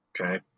Okay